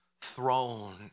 throne